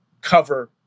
cover